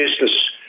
business